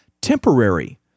temporary